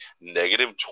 negative